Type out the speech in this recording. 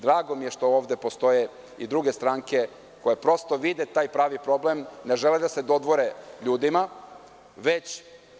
Drago mi je što ovde postoje i druge stranke koje prosto ovde vide taj pravi problem, ne žele da se dodvore ljudima, itd.